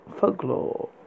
Folklore